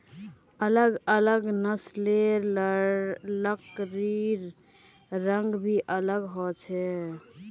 अलग अलग नस्लेर लकड़िर रंग भी अलग ह छे